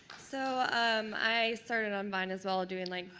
so um i started on vine as well doing like